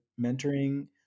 mentoring